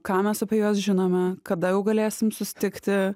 ką mes apie juos žinome kada jau galėsim susitikti